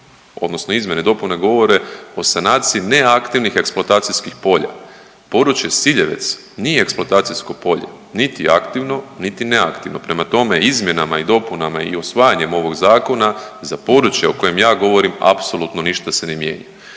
odnosno izmjene i dopune govore o sanaciji neaktivnih eksploatacijskih polja. Područje Siljevec nije eksploatacijsko polje, niti je aktivno, niti. Prama tome izmjenama i dopunama i usvajanjem ovoga zakona za područje o kojem ja govorim apsolutno ništa se ne mijenja.